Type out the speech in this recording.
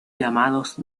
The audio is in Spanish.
llamados